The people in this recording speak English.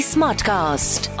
Smartcast